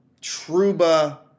Truba